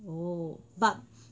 oh but